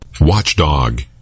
watchdog